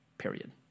Period